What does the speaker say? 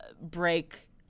break